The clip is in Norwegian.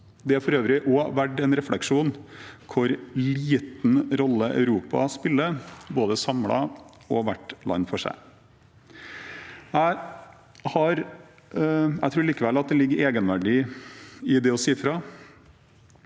Det er for øvrig også verdt en refleksjon hvor liten rolle Europa spiller, både samlet og hvert land for seg. Jeg tror likevel at det ligger en egenverdi i det å si fra,